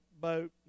boat